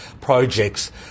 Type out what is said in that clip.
projects